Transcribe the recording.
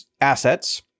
assets